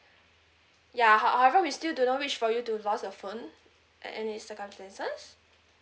ya how~ however we still do not wish for you to lost your phone at any circumstances